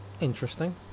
Interesting